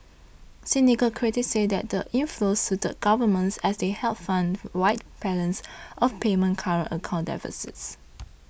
cynical critics say that the inflows suited governments as they helped fund wide balance of payment current account deficits